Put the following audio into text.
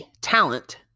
talent